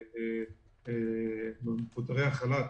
מפוטרי החל"ת,